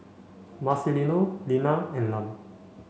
Marcelino Linna and Lum